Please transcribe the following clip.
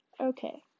Okay